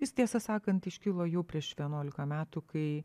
jis tiesą sakant iškilo jau prieš vienuolika metų kai